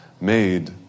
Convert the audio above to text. made